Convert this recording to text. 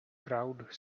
crowd